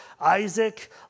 Isaac